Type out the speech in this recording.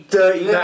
dirty